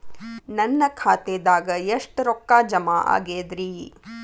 ನನ್ನ ಖಾತೆದಾಗ ಎಷ್ಟ ರೊಕ್ಕಾ ಜಮಾ ಆಗೇದ್ರಿ?